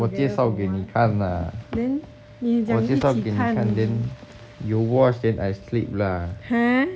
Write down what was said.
but 我介绍给你看 lah 我介绍给你看 then you watch then I sleep lah